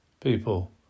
people